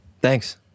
Thanks